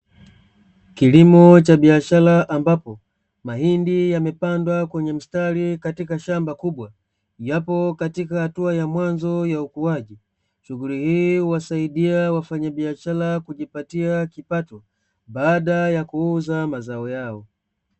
Kilimo cha biashara ambapo mahindi yamepandwa kwenye mstari katika shamba kubwa yapo katika hatua ya mwanzo ya ukuaji, shughuli hii uwasaidie wafanyabiashara kujipatia kipato baada ya kuuza mazao yao.